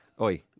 Oi